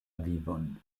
vivon